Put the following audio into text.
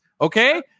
Okay